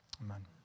Amen